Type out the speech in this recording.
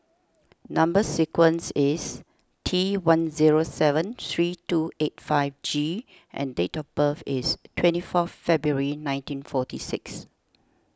Number Sequence is T one zero seven three two eight five G and date of birth is twenty fourth February nineteen forty six